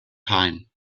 time